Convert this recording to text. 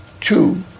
two